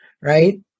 right